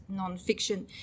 nonfiction